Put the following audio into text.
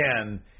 Again